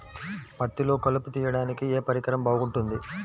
పత్తిలో కలుపు తీయడానికి ఏ పరికరం బాగుంటుంది?